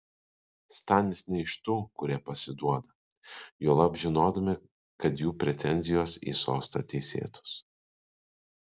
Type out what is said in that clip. stanis ne iš tų kurie pasiduoda juolab žinodami kad jų pretenzijos į sostą teisėtos